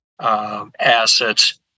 assets